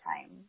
time